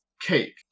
cake